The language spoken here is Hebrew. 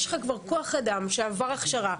יש לך כבר כוח אדם שעבר הכשרה,